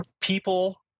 people